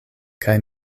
kaj